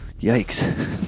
Yikes